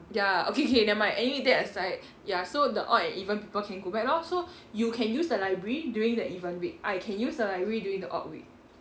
ya okay okay never mind anyway that aside ya so the odd and even people can go back lor so you can use the library during the even week I can use the library during the odd week